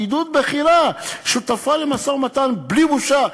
פקידות בכירה שותפה למשא-ומתן בלי בושה.